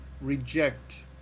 reject